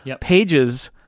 Pages